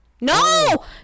No